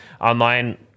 online